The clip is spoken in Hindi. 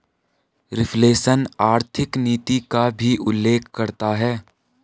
रिफ्लेशन आर्थिक नीति का भी उल्लेख करता है